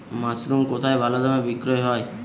Mushroom কেথায় ভালোদামে বিক্রয় হয়?